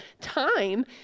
time